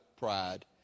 pride